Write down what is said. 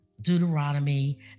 Deuteronomy